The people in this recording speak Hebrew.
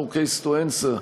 no case to answer,